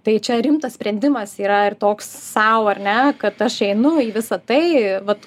tai čia rimtas sprendimas yra ir toks sau ar ne kad aš einu į visa tai vat